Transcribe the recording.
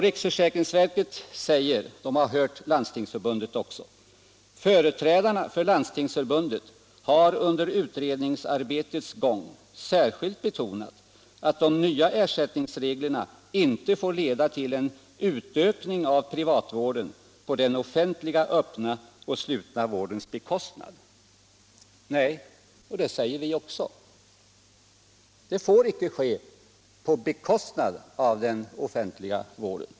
Riksförsäkringsverket säger efter att ha hört Landstingsförbundet: ”Företrädarna för Landstingsförbundet har under utredningsarbetets gång särskilt betonat att de nya ersättningsreglerna inte får leda till en utökning av privatvården på den offentliga öppna och slutna vårdens bekostnad.” Nej, det säger vi också. Det får icke ske på bekostnad av den offentliga vården.